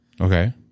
Okay